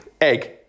Egg